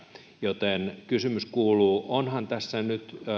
joten kysymys kuuluu onhan tässä nyt